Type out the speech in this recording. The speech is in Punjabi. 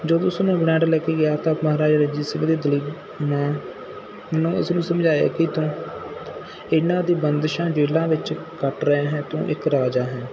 ਜੋ ਕਿ ਉਸ ਨੂੰ ਇੰਗਲੈਂਡ ਲੈ ਕੇ ਗਿਆ ਤਾਂ ਮਹਾਰਾਜਾ ਰਣਜੀਤ ਸਿੰਘ ਦੇ ਦਲੀਪ ਨੇ ਉਹਨੂੰ ਉਸ ਨੂੰ ਸਮਝਾਇਆ ਕਿ ਤੂੰ ਇਹਨਾਂ ਦੀ ਬੰਦਿਸ਼ਾਂ ਜੇਲ੍ਹਾਂ ਵਿੱਚ ਕੱਟ ਰਿਹਾ ਹੈ ਤੂੰ ਇੱਕ ਰਾਜਾ ਹੈ